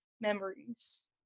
memories